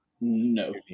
No